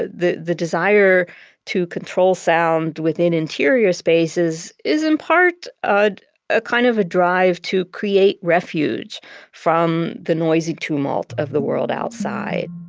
ah the the desire to control sound within interior spaces is in part ah a kind of a drive to create refuge from the noisy tumult of the world outside